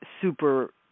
super